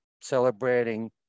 celebrating